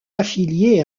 affilié